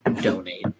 donate